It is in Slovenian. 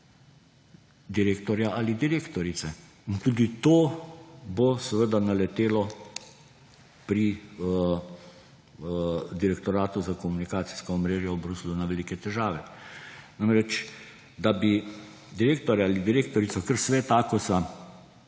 direktorja ali direktorice. Tudi to bo seveda naletelo pri Direktoratu za komunikacijska omrežja v Bruslju na velike težave. Namreč, da bi direktorja ali direktorico kar Svet